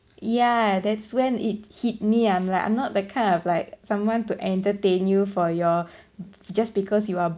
yeah that's when it hit me I'm like I'm not the kind of like someone to entertain you for your just because you are